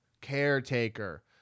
caretaker